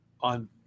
on